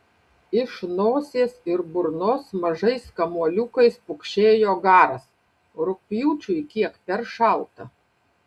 iš nosies ir burnos mažais kamuoliukais pukšėjo garas rugpjūčiui kiek per šalta